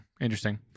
interesting